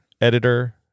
editor